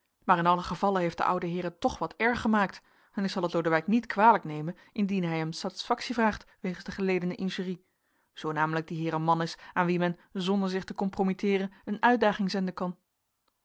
maar in allen gevalle heeft de oude heer het toch wat erg gemaakt en ik zal het lodewijk niet kwalijk nemen indien hij hem satisfactie vraagt wegens de geledene injurie zoo namelijk die heer een man is aan wien men zonder zich te compromitteeren een uitdaging zenden kan